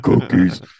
cookies